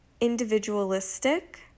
individualistic